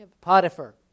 Potiphar